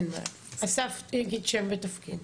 אין בעיה, אסף יגיד שם ותפקיד.